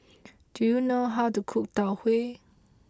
do you know how to cook Tau Huay